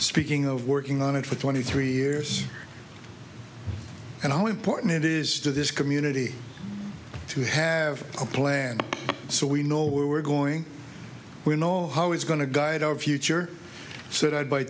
speaking of working on it for twenty three years and how important it is to this community to have a plan so we know where we're going we know how it's going to guide our future so that i buy